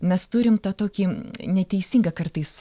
mes turim tokį neteisingą kartais